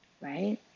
right